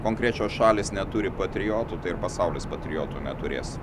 konkrečios šalys neturi patriotų tai ir pasaulis patriotų neturės